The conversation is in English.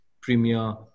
premier